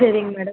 சரிங்க மேடம்